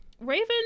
Raven